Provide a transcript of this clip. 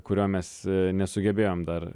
kurio mes nesugebėjom dar